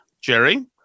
Jerry